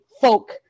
folk